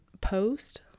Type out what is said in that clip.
post